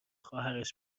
خواهرش